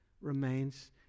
remains